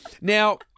Now